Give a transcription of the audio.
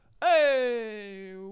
Hey